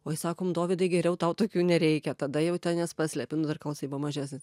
oi sakom dovydai geriau tau tokių nereikia tada jau ten jas paslepi nu dar kol jisai buvo mažesnis